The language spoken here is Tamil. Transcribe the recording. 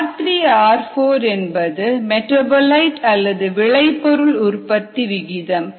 r3 r4 என்பது மெடாபோலிட் அல்லது விளைபொருள் உற்பத்தி விகிதம்